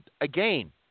again